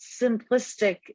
simplistic